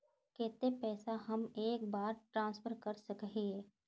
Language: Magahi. केते पैसा हम एक बार ट्रांसफर कर सके हीये?